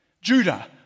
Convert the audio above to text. Judah